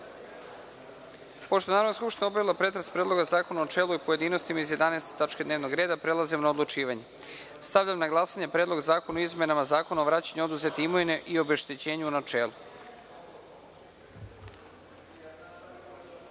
je Narodna skupština obavila pretres Predloga zakona u načelu i u pojedinostima, iz 11. tačke dnevnog reda, prelazimo na odlučivanje. Stavljam na glasanje Predlog zakona o izmenama Zakona o vraćanju oduzete imovine i obeštećenju u